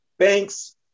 Banks